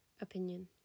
opinion